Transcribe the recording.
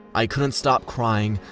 i couldn't stop crying.